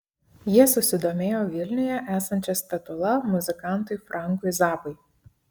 jie susidomėjo vilniuje esančia statula muzikantui frankui zappai